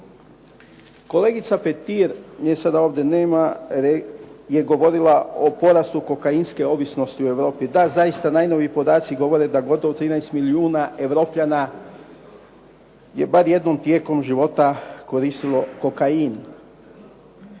Kolegica Petir, nje sad ovdje nema je govorila o porastu kokainske ovisnosti u Europi. Da, zaista najnoviji podaci govore da gotovo 13 milijuna Europljana je bar jednom tijekom života koristilo kokain.